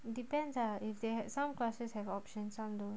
depends lah if they had some classes have option some don't